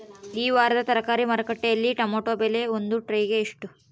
ಈ ವಾರದ ತರಕಾರಿ ಮಾರುಕಟ್ಟೆಯಲ್ಲಿ ಟೊಮೆಟೊ ಬೆಲೆ ಒಂದು ಟ್ರೈ ಗೆ ಎಷ್ಟು?